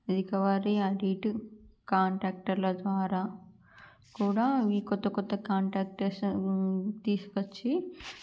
recovery అటు ఇటు కాంట్రాక్టర్ల ద్వారా కూడా ఈ కొత్త కొత్త కాంట్రాక్టర్స్ని తీసుకువచ్చి